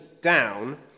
down